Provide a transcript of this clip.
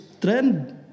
trend